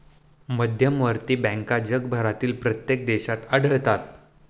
मध्यवर्ती बँका जगभरातील प्रत्येक देशात आढळतात